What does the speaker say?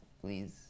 please